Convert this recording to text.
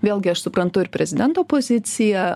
vėlgi aš suprantu ir prezidento poziciją